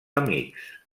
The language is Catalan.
amics